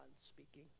speaking